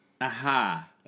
Aha